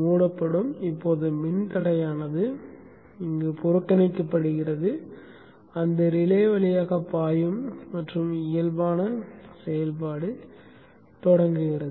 மூடப்படும் இப்போது மின்தடையானது புறக்கணிக்கப்பட்டது அந்த ரிலே வழியாக மின்னோட்டம் பாயும் மற்றும் இயல்பான செயல்பாடு தொடங்குகிறது